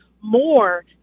more